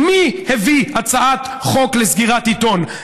מי הביא הצעת חוק לסגירת עיתון?